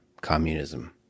communism